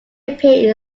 appear